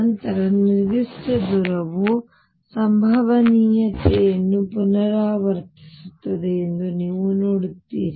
ನಂತರ ನಿರ್ದಿಷ್ಟ ದೂರವು ಸಂಭವನೀಯತೆಯನ್ನು ಪುನರಾವರ್ತಿಸುತ್ತದೆ ಎಂದು ನೀವು ನೋಡುತ್ತೀರಿ